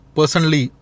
Personally